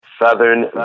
Southern